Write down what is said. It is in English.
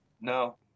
No